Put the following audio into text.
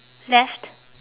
left